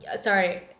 Sorry